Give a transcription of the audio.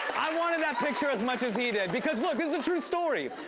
i wanted that picture as much as he did, because look, this is a true story.